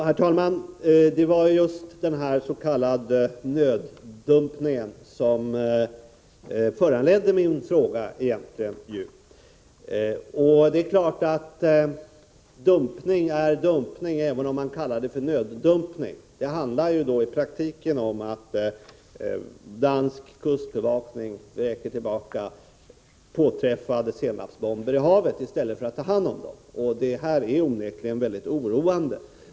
Herr talman! Det var just denna s.k. nöddumpning som föranledde min fråga. Det är klart att dumpning är dumpning även om man kallar det för nöddumpning. Det handlar ju i praktiken om att dansk kustbevakning vräker tillbaka påträffade senagsbomber i havet i stället för att ta hand om dem. Detta är onekligen mycket oroande.